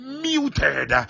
muted